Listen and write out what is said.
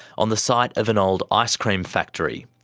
on the site of an old ice-cream factory.